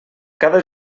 cada